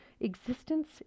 existence